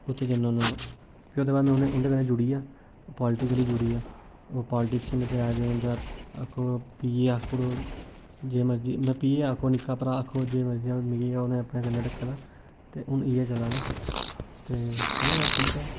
उत्थै जन्ना होन्नां फिर में उंदे बाद उंदे कन्नै जुड़ी गेआ पालटिकली जुड़ी गेआ ओह् पोलटिक्स च न ते ऐज ए उंदा आखो पी ए आखी ओड़ो जे मर्जी पी ए आखो में निक्का भ्राऽ आखो जे मर्जी मिगी उ'नें अपने कन्नै रक्खे दा ते हून इ'यै चलै दा ते चलै दा ठीक ऐ